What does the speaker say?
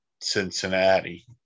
Cincinnati